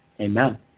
amen